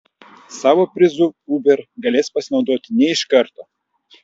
savo prizu uber galės pasinaudoti ne iš karto